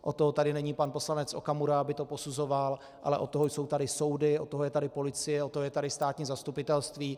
Od toho tady není pan poslanec Okamura, aby to posuzoval, ale od toho jsou tady soudy, od toho je tady policie, od toho je tady státní zastupitelství.